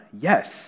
Yes